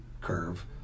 curve